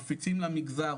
מפיצים למגזר,